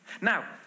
Now